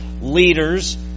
leaders